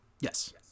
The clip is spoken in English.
Yes